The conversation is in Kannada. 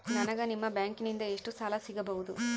ನನಗ ನಿಮ್ಮ ಬ್ಯಾಂಕಿನಿಂದ ಎಷ್ಟು ಸಾಲ ಸಿಗಬಹುದು?